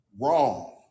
wrong